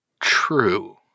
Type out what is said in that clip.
true